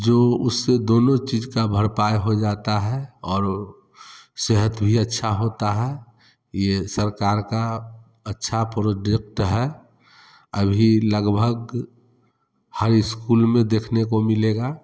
जो उससे दोनों चीज़ की भरपाई हो जाती है और सेहत भी अच्छी होती है यह सरकार का अच्छा प्रोडक्ट है अभी लगभग हाई स्कूल में देखने को मिलेगा